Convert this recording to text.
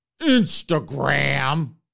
Instagram